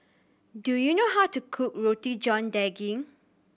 do you know how to cook Roti John Daging